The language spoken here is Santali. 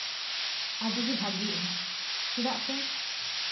ᱟᱹᱰᱤᱜᱮ ᱵᱷᱟᱹᱜᱤᱜᱼᱟ ᱪᱮᱫᱟᱜ ᱥᱮ